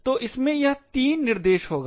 तो इसमें यह तीन निर्देश होगा